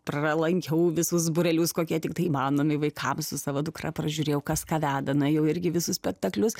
pralankiau visus būrelius kokie tiktai įmanomi vaikams su savo dukra pražiūrėjau kas ką veda na jau irgi visus spektaklius